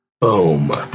boom